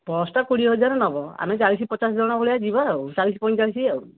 ବସ୍ଟା କୋଡ଼ିଏ ହଜାରେ ନେବ ଆମେ ଚାଳିଶ ପଚାଶ ଜଣ ଭଳିଆ ଯିବା ଆଉ ଚାଳିଶ ପଇଁଚାଳିଶି ଆଉ